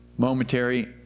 Momentary